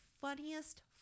funniest